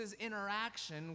interaction